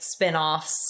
spinoffs